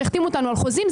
כשהחתימו אותנו על חוזים,